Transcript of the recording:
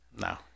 no